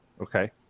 okay